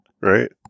Right